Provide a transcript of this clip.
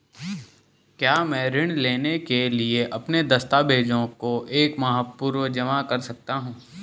क्या मैं ऋण लेने के लिए अपने दस्तावेज़ों को एक माह पूर्व जमा कर सकता हूँ?